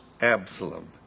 Absalom